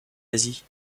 asie